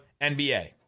NBA